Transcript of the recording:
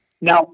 Now